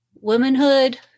womanhood